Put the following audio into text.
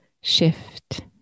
shift